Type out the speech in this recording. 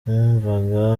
numvaga